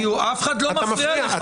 אף אחד לא מפריע לך.